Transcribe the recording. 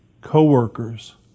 co-workers